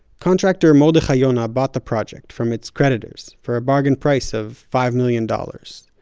contractor mordechai yona bought the project from its creditors for a bargain price of five million dollars.